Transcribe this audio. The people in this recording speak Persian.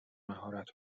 مهارت